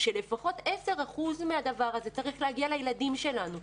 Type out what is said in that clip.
חושבים שלפחות עשרה אחוזים מהדבר הזה צריך להגיע לילדים שלנו,